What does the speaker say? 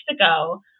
ago